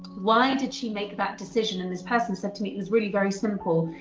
why did she make that decision, and this person said to me, it was really very simple.